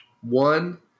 One